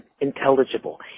intelligible